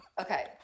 Okay